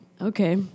Okay